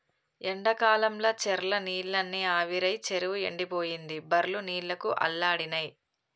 ఎండాకాలంల చెర్ల నీళ్లన్నీ ఆవిరై చెరువు ఎండిపోయింది బర్లు నీళ్లకు అల్లాడినై